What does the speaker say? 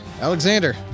Alexander